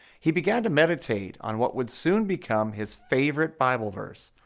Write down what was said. he began to meditate on what would soon become his favorite bible verse,